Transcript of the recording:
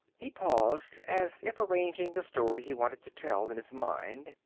he paused, as if arranging the story he wanted to tell in his mind,